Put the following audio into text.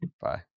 Bye